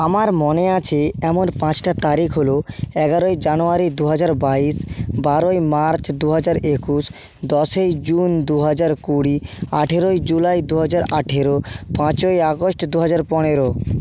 আমার মনে আছে এমন পাঁচটা তারিখ হল এগারোই জানুয়ারি দু হাজার বাইশ বারোই মার্চ দু হাজার একুশ দশই জুন দু হাজার কুড়ি আঠেরোই জুলাই দু হাজার আঠেরো পাঁচই আগস্ট দু হাজার পনেরো